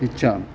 इच्छामि